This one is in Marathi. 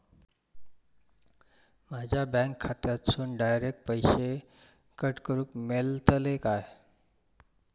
माझ्या बँक खात्यासून डायरेक्ट पैसे कट करूक मेलतले काय?